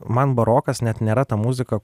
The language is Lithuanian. man barokas net nėra ta muzika